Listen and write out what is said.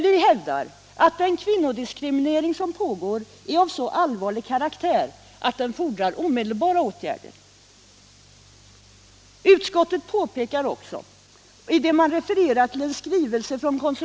Vi hävdar att den kvinnodiskriminering som pågår är av så allvarlig karaktär att den fordrar omedelbara åtgärder.